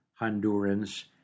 Hondurans